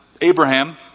Abraham